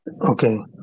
Okay